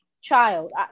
child